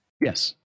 Yes